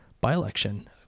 by-election